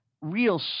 real